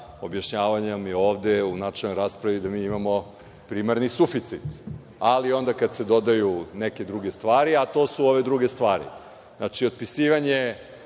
objašnjavao nam je ovde u načelnoj raspravi da mi imamo primarni suficit, ali onda kada se dodaju neke druge stvari, a to su ove druge stvari. Znači, otpisivanje